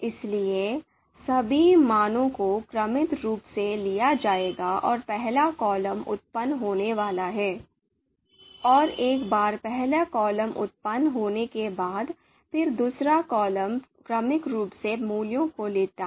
इसलिए सभी मानों को क्रमिक रूप से लिया जाएगा और पहला कॉलम उत्पन्न होने वाला है और एक बार पहला कॉलम उत्पन्न होने के बाद फिर दूसरा कॉलम क्रमिक रूप से मूल्यों को लेता है